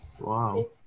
Wow